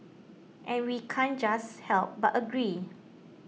and we can't just help but agree